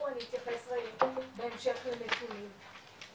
נתייחס אליהם בהמשך לנתונים.